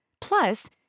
Plus